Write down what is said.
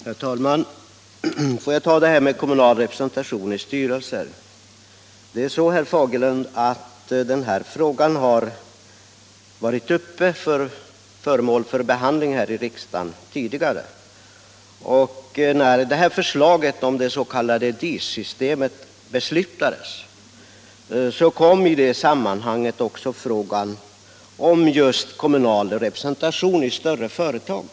Herr talman! Låt mig först beröra förslaget om kommunal representation i styrelser. Den här frågan har varit föremål för behandling i riksdagen tidigare, herr Fagerlund. När beslutet om det s.k. DIS-systemet fattades behandlades också frågan om kommunal representation i större företag.